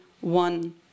one